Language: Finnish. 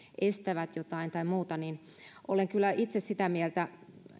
estävät jotain tai muuta olen kyllä itse sitä mieltä